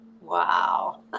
Wow